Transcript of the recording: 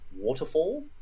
waterfall